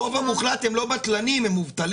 הרוב המוחלט הם לא בטלנים, הם מובטלים.